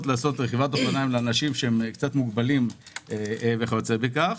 לעשות רכיבת אופניים לאנשים שקצת מוגבלים וכיוצא בכך,